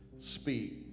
Speak